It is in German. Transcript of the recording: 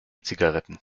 zigaretten